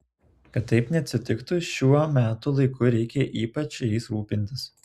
kad taip neatsitiktų šiuo metų laiku reikia ypač jais rūpintis